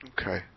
Okay